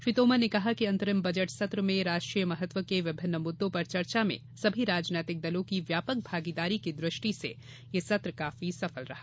श्री तोमर ने कहा कि अंतरिम बजट सत्र राष्ट्रीय महत्व के विभिन्न मुद्दों पर चर्चा में सभी राजनीतिक दलों की व्यापक भागीदारी की दृष्टि से काफी सफल रहा